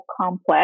complex